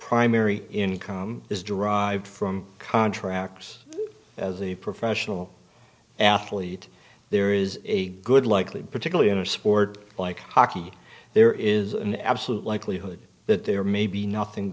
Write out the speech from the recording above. primary income is derived from contractors as a professional athlete there is a good likely particularly in a sport like hockey there is an absolute likelihood that there may be nothing